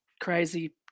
crazy